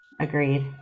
agreed